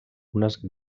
unes